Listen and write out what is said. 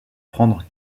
prendre